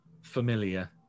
familiar